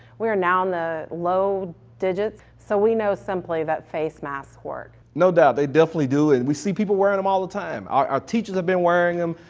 we're now on the low digits so we know simply that face masks work. no doubt, they definitely do and we see people wearing them all the time. our teachers have been wearing them,